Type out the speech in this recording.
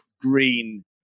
green